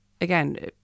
again